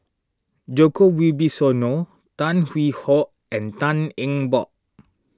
Djoko Wibisono Tan Hwee Hock and Tan Eng Bock